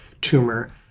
tumor